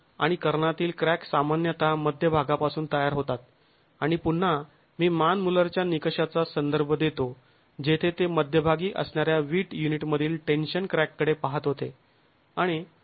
आणि कर्णातील क्रॅक सामान्यतः मध्यभागापासून तयार होतात आणि पुन्हा मी मान मुल्लरच्या निकषाचा संदर्भ देतो जेथे ते मध्यभागी असणाऱ्या विट युनीट मधील टेन्शन क्रॅक कडे पाहत होते